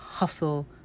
Hustle